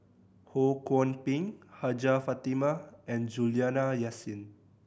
Ho Kwon Ping Hajjah Fatimah and Juliana Yasin